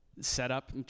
setup